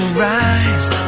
rise